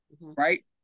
right